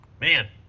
Man